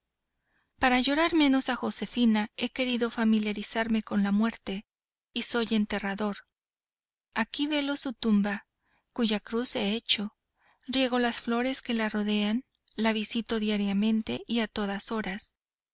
para llorar menos a josefina he querido familiarizarme con la muerte y soy enterrador aquí velo su tumba cuya cruz he hecho riego las flores que la rodean la visito diariamente y a todas horas